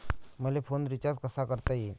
मले phone recharge कसा करता येईन?